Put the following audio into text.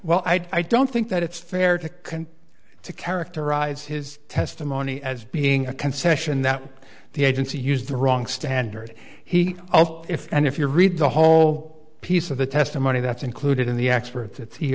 well i don't think that it's fair to can to characterize his testimony as being a concession that the agency used the wrong standard heat if and if you read the whole piece of the testimony that's included in the experts at c